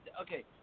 okay